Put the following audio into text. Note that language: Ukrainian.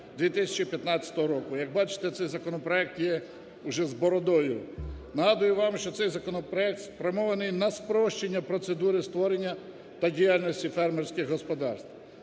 2015 року. Як бачите, цей законопроект є уже "з бородою". Нагадую вам, що цей законопроект спрямований на спрощення процедури створення та діяльності фермерських господарств,